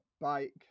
bike